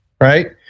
Right